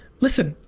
listen,